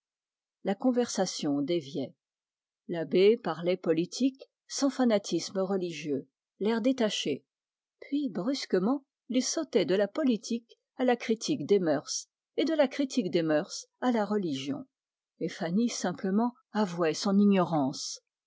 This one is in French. la conversation déviait l'abbé parlait politique sans fanatisme religieux l'air détaché puis brusquement il sautait de la politique à la critique des mœurs et de la critique des mœurs à la religion et fanny avouait son ignorance